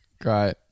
Great